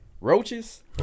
Roaches